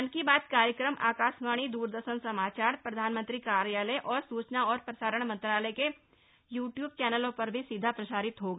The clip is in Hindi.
मन की बात कार्यक्रम आकाशवाणी दूरदर्शन समाचार प्रधानमंत्री कार्यालय और सूचना और प्रसारण मंत्रालय के यूट्यूब चैनलों पर भी सीधा प्रसारित होगा